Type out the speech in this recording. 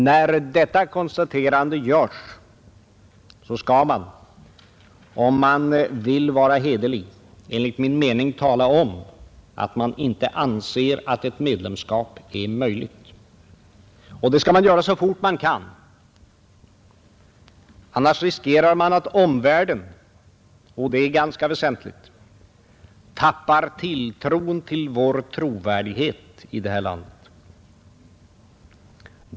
När detta konstaterande görs skall man, om man vill vara hederlig, enligt min mening tala om, att man inte anser att ett medlemskap är möjligt. Och det skall man göra så fort man kan, annars riskerar man att omvärlden — och det är ganska väsentligt — tappar tilltron till vår trovärdighet i det här landet.